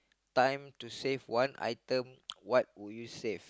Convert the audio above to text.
time to save one item what would you save